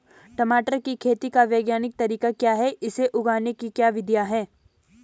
टमाटर की खेती का वैज्ञानिक तरीका क्या है इसे उगाने की क्या विधियाँ हैं?